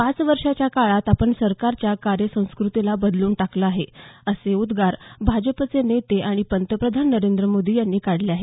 पाच वर्षाच्या काळात आपण सरकारच्या कार्यसंस्कृतीला बदलून टाकलं आहे असे उद्गार भाजपचे नेते आणि पंतप्रधान नरेंद्र मोदी यांनी काढलं आहे